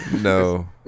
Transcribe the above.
No